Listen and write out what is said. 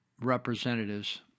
representatives